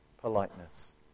politeness